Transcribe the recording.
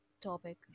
topic